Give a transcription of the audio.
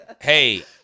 hey